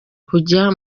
kujya